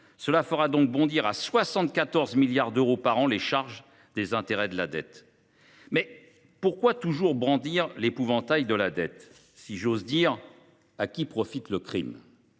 qui ferait bondir à 74 milliards d’euros par an la charge d’intérêts de la dette. Mais pourquoi toujours brandir l’épouvantail de la dette ? Si j’osais, je demanderais à qui profite le crime.